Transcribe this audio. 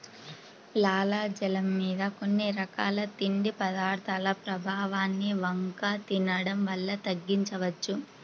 లాలాజలం మీద కొన్ని రకాల తిండి పదార్థాల ప్రభావాన్ని వక్క తినడం వల్ల తగ్గించవచ్చు